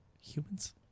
Humans